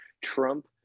Trump